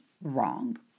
wrong